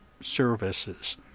services